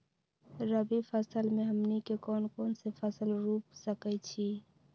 रबी फसल में हमनी के कौन कौन से फसल रूप सकैछि?